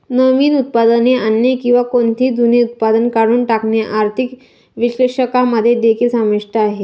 नवीन उत्पादने आणणे किंवा कोणतेही जुने उत्पादन काढून टाकणे आर्थिक विश्लेषकांमध्ये देखील समाविष्ट आहे